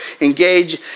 engage